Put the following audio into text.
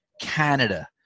Canada